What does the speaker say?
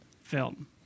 film